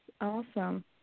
awesome